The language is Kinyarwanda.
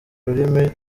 rurimi